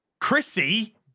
Chrissy